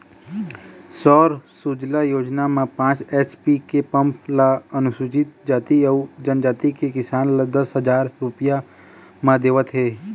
सौर सूजला योजना म पाँच एच.पी के पंप ल अनुसूचित जाति अउ जनजाति के किसान ल दस हजार रूपिया म देवत हे